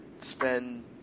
spend